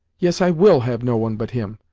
yes, i will have no one but him!